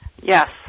Yes